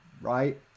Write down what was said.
right